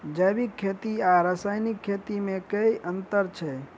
जैविक खेती आ रासायनिक खेती मे केँ अंतर छै?